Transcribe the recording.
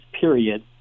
period